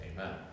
Amen